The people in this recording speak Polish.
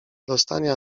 dostanie